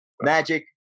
magic